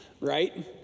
right